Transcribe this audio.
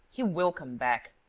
he will come back,